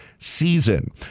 season